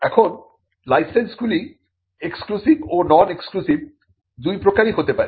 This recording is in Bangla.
এখন লাইসেন্সগুলি এক্সক্লুসিভ ও নন এক্সক্লুসিভ দুই প্রকারই হতে পারে